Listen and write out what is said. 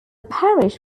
parish